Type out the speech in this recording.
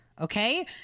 okay